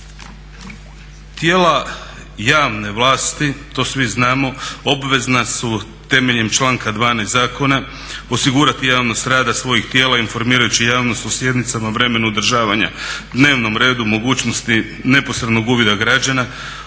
Tijela javne vlasti, to svi znamo obvezna su temeljem članka 12.zakona osigurati javnost rada svojih tijela informirajući javnost o sjednicama, vremenu održavanja, dnevnom redu, mogućnosti neposrednog uvida građana